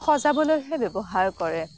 সজাবলৈহে ব্যৱহাৰ কৰে